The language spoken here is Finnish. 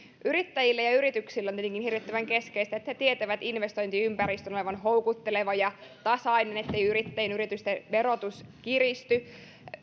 yrittäjille ja yrityksille on tietenkin hirvittävän keskeistä että he tietävät investointiympäristön olevan houkutteleva ja tasainen ettei yrittäjien ja yritysten verotus kiristy